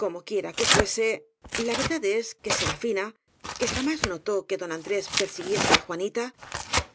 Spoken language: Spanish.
como quiera que fuese la verdad es que sera fina que jamás notó que don andrés persiguiese a juanita